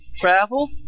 travel